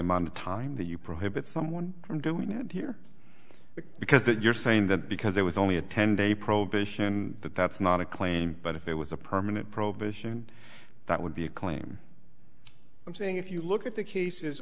amount of time that you prohibit someone from doing here because you're saying that because there was only a ten day prohibition that that's not a claim but if it was a permanent prohibition that would be a claim i'm saying if you look at the cases